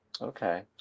Okay